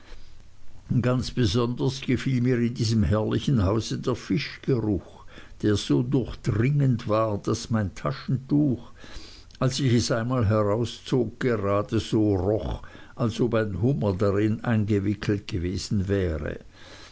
ganz besonders gefiel mir in diesem herrlichen hause der fischgeruch der so durchdringend war daß mein taschentuch als ich es einmal herauszog gerade so roch als ob ein hummer darin eingewickelt gewesen wäre